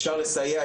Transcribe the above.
אפשר לסייע,